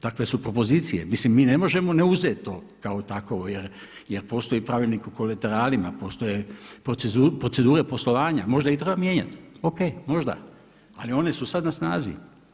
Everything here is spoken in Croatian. Takve su propozicije, mislim mi ne možemo ne uzeti to kao takovo jer postoji pravilnik o kolateralama, postoje procedure poslovanja, možda ih treba mijenjati, O.K, možda ali one su sada na snazi.